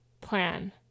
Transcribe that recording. plan